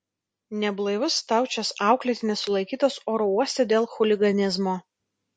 neblaivus staučės auklėtinis sulaikytas oro uoste dėl chuliganizmo